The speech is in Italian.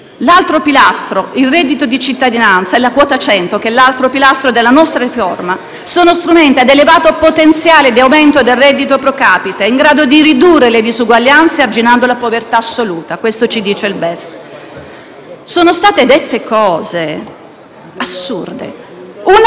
BES? Ci dice che il reddito di cittadinanza e quota 100, che è l'altro pilastro della nostra riforma, sono strumenti ad elevato potenziale di aumento del reddito *pro capite*, in grado di ridurre le disuguaglianze arginando la povertà assoluta. Sono state dette cose assurde: si